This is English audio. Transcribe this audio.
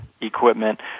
equipment